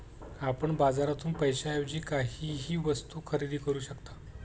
आपण बाजारातून पैशाएवजी काहीही वस्तु खरेदी करू शकता